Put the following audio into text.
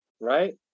right